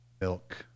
milk